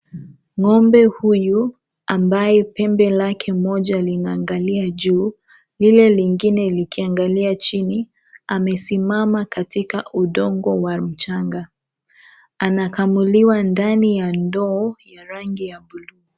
Ng'ombe huyu, ambaye pembe lake moja linaangalia juu, lile lingine likingalia chini. Amesimama katika udongo wa mchanga. Anakamuliwa ndani ya ndoo ya rangi ya buluu.